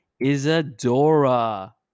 Isadora